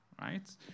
right